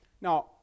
Now